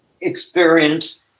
experience